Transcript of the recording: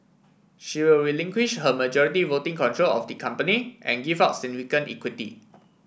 she will relinquish her majority voting control of the company and give up significant equity